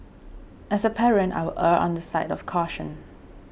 as a parent I will err on the side of caution